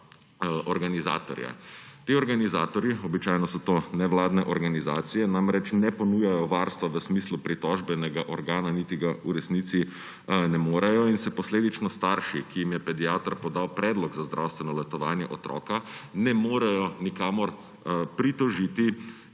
organizatorje. Ti organizatorji, običajno so to nevladne organizacije, namreč ne ponujajo varstva v smislu pritožbenega organa niti ga v resnici ne morejo in se posledično starši, ki jim je pediater podal predlog za zdravstveno letovanje otroka, ne morejo nikamor pritožiti,